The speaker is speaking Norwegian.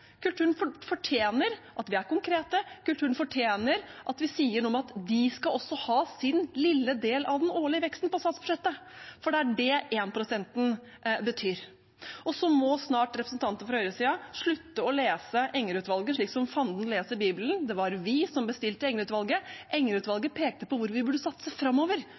kulturen fortjener bedre. Kulturen fortjener at vi er konkrete. Kulturen fortjener at vi sier noe om at de skal også ha sin lille del av den årlige veksten på statsbudsjettet, for det er det 1-prosenten betyr. Så må snart representantene for høyresiden slutte å lese Enger-utvalget slik som fanden leser Bibelen. Det var vi som bestilte Enger-utvalget. Enger-utvalget pekte på hvor vi burde satse framover,